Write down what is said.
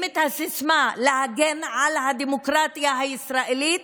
את הסיסמה להגן על הדמוקרטיה הישראלית,